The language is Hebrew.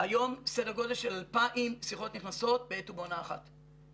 היום סדר גודל של 2,000 שיחות נכנסות בעת ובעונה אחת.